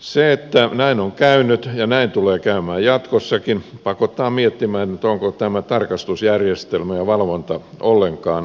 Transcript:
se että näin on käynyt ja näin tulee käymään jatkossakin pakottaa miettimään ovatko tämä tarkastusjärjestelmä ja valvonta ollenkaan ajanmukaisia